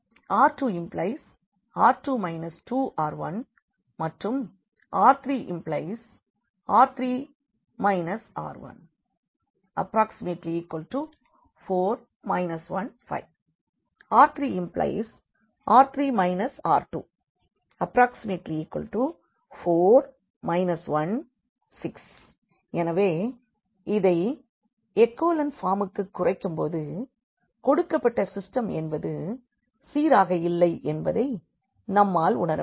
R2R2 2R1மற்றும் R3R3 R1 4 1 5 R3R3 R2 4 1 6 எனவே இதை எகோலன் பார்முக்கு குறைக்கும்போது கொடுக்கப்பட்ட சிஸ்டெம் என்பது சீராக இல்லை என்பதை நம்மால் உணர முடியும்